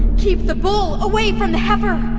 keep the bull away from the heifer.